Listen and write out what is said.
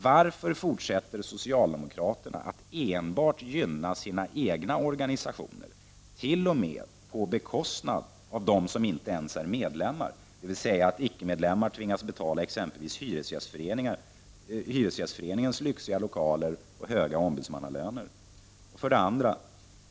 Varför fortsätter socialdemokraterna att enbart gynna sina ”egna” organisationer, t.o.m. på bekostnad av dem som inte ens är medlemmar — dvs. icke-medlemmar tvingas betala exempelvis Hyresgästföreningens lyxiga lokaler och höga ombudsmannalöner? 2.